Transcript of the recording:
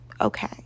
okay